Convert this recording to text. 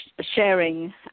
sharing